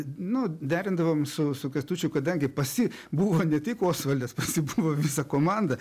nu derindavom su su kęstučiu kadangi pas jį buvo ne tik osvaldas pas jį buvo visa komanda